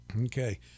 Okay